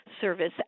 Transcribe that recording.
service